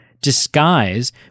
disguise